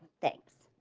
thanks